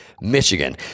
Michigan